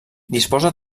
disposa